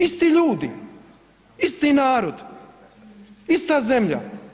Isti ljudi, isti narod, ista zemlja.